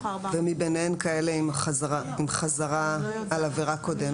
ומביניהן כאלה עם חזרה על עבירה קודמת?